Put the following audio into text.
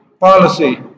policy